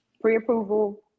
Pre-approval